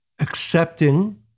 accepting